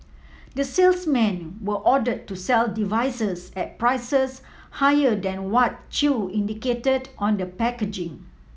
the salesmen were ordered to sell devices at prices higher than what Chew indicated on the packaging